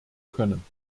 können